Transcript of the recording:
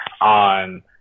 on